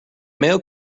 mail